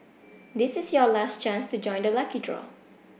this is your last chance to join the lucky draw